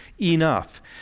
enough